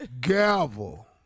gavel